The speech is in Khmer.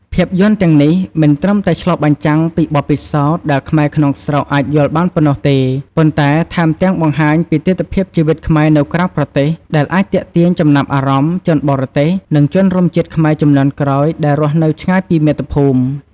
ភាពយន្តទាំងនេះមិនត្រឹមតែឆ្លុះបញ្ចាំងពីបទពិសោធន៍ដែលខ្មែរក្នុងស្រុកអាចយល់បានប៉ុណ្ណោះទេ ប៉ុន្តែថែមទាំងបង្ហាញពីទិដ្ឋភាពជីវិតខ្មែរនៅក្រៅប្រទេស ដែលអាចទាក់ទាញចំណាប់អារម្មណ៍ ជនបរទេស និងជនរួមជាតិខ្មែរជំនាន់ក្រោយ ដែលរស់នៅឆ្ងាយពីមាតុភូមិ។